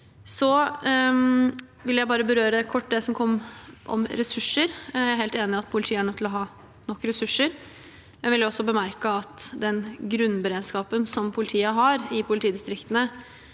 jeg bare kort berøre det som kom om ressurser. Jeg er helt enig i at politiet er nødt til å ha nok ressurser. Jeg vil også bemerke at den grunnberedskapen som politiet har i politidistriktene,